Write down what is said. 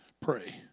Pray